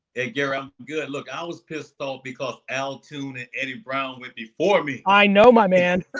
hey, gary, i'm good. look, i was pissed off because al toon and eddie brown went before me. i know, my man.